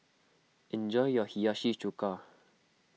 enjoy your Hiyashi Chuka